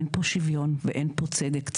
אין פה שוויון ואין פה צדק,